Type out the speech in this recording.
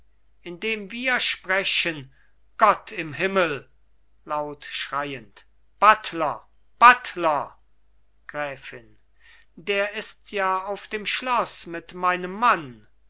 indem wir sprechen gott im himmel laut schreiend buttler buttler gräfin der ist ja auf dem schloß mit meinem mann